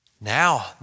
now